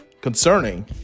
concerning